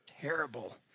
terrible